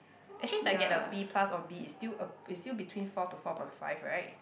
actually if I get the B plus or B is still uh is still between four to four point five right